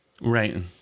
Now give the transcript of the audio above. Right